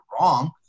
wrong